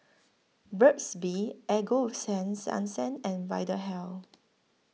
Burt's Bee Ego Sense Onsen and Vitahealth